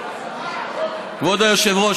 כבוד היושב-ראש,